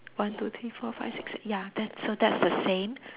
one two three four five six se~ ya that's so that's the same